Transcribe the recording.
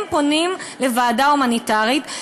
הם פונים לוועדה הומניטרית,